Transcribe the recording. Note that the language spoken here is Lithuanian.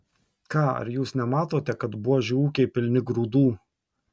ką ar jūs nematote kad buožių ūkiai pilni grūdų